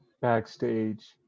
backstage